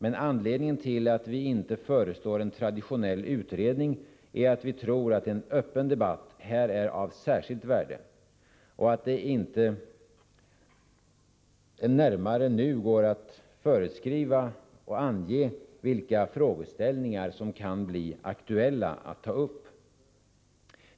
Men anledningen till att vi inte föreslår en traditionell utredning är att vi tror att en öppen debatt härvidlag är av särskilt värde och att det inte närmare går att nu ange vilka frågeställningar som kan bli aktuella.